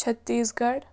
چھَتیٖس گڑھ